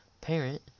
parent